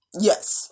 Yes